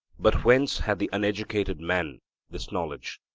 but whence had the uneducated man this knowledge?